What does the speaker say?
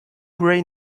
ray